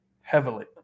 Heavily